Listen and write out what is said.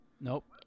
Nope